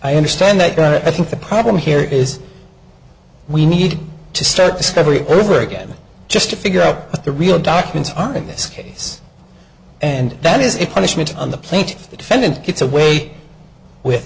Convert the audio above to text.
i understand they got it i think the problem here is we need to start discovery over again just to figure out what the real documents are in this case and that is a punishment on the plate if the defendant gets away with